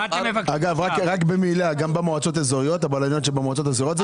רק במילה - גם בבלניות שבמועצות האזוריות?